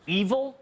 evil